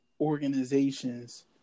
organizations